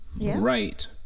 Right